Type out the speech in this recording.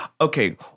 Okay